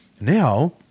now